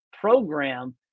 program